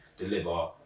deliver